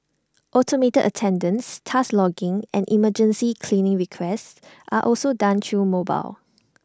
automated attendance task logging and emergency cleaning requests are also done through mobile